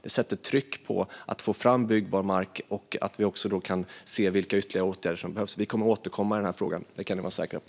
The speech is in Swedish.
Det sätter tryck på att få fram byggbar mark och gör att vi också kan se vilka ytterligare åtgärder som behövs. Vi kommer att återkomma i denna fråga, det kan ni vara säkra på.